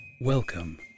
Welcome